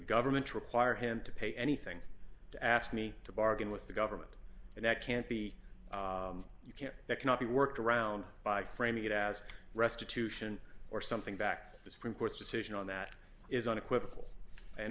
government to require him to pay anything to ask me to bargain with the government and that can't be you can't that cannot be worked around by framing it as restitution or something back the supreme court's decision on that is unequivocal and